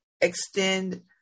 extend